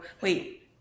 Wait